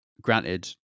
Granted